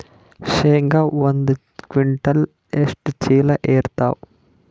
ಶೇಂಗಾ ಒಂದ ಕ್ವಿಂಟಾಲ್ ಎಷ್ಟ ಚೀಲ ಎರತ್ತಾವಾ?